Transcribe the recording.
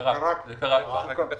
זה קרה כבר.